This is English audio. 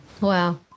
Wow